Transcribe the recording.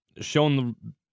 shown